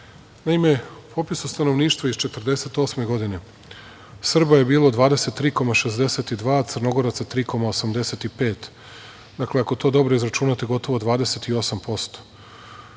nas. Naime, u popisu stanovništva iz 1948. godine Srba je bilo 23,6%, Crnogoraca 3,85%. Dakle, ako to dobro izračunate gotovo 28%,